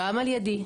גם על ידי,